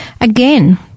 Again